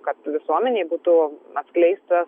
kad visuomenei būtų atskleistas